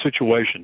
situation